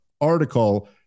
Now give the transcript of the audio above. article